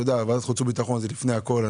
ועדת החוץ והביטחון, הוא לפני הכול.